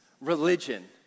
religion